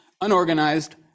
unorganized